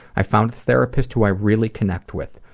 i found a therapist who i really connect with,